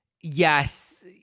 yes